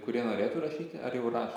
kurie norėtų rašyti ar jau yra